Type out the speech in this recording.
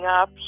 up